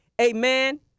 Amen